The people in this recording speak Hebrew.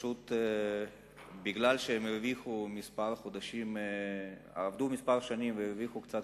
פשוט משום שהם עבדו כמה שנים והרוויחו קצת